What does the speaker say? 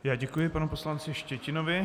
Já děkuji panu poslanci Štětinovi.